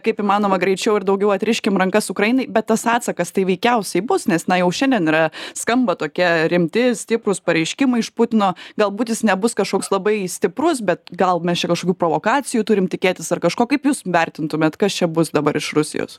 kaip įmanoma greičiau ir daugiau atriškim rankas ukrainai bet tas atsakas tai veikiausiai bus nes na jau šiandien yra skamba tokie rimti stiprūs pareiškimai iš putino galbūt jis nebus kažkoks labai stiprus bet gal mes čia kažkokių provokacijų turim tikėtis ar kažko kaip jūs vertintumėt kas čia bus dabar iš rusijos